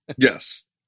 Yes